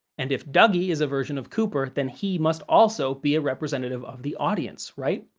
and, if dougie is a version of cooper, then he must also be a representative of the audience, right?